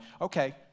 okay